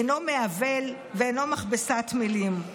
אינו מעוול ואינו מכבסת מילים.